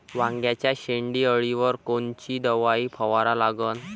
वांग्याच्या शेंडी अळीवर कोनची दवाई फवारा लागन?